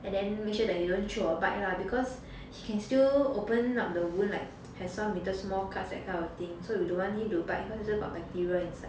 and then make sure that he don't chew or bite lah because he can still open up the wound like have some little small cuts that kind of thing so we don't want him to bite cause in case got bacteria inside